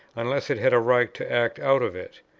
unless it had a right to act out of it.